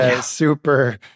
super